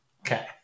Okay